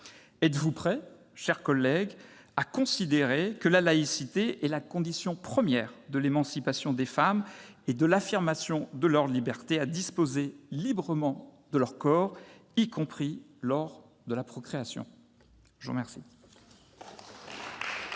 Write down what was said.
Êtes-vous prêts, chers collègues, à considérer que la laïcité est la condition première de l'émancipation des femmes et de l'affirmation de leur liberté à disposer librement de leur corps, y compris lors de la procréation ? La parole